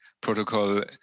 protocol